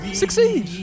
succeed